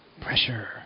Pressure